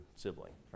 sibling